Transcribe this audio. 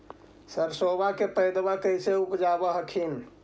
सरसोबा के पायदबा कैसे उपजाब हखिन?